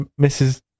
Mrs